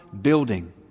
building